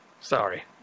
Sorry